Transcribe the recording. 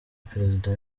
perezida